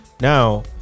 Now